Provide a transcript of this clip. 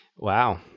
Wow